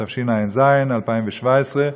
התשע"ז 2017,